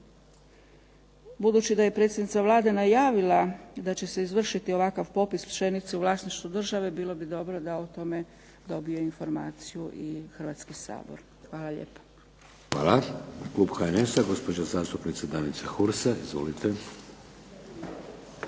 budući da je predsjednica Vlade najavila da će se izvršiti ovakav popis pšenice u vlasništvu države bilo bi dobro da o tome dobije informaciju i Hrvatski sabor. Hvala lijepa. **Šeks, Vladimir (HDZ)** Hvala. Klub HNS-a, gospođa zastupnica Danica Hursa. Izvolite.